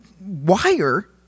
wire